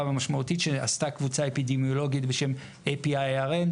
ומשמעותית שעשתה קבוצה אפידמיולוגית בשם epi-IIRN,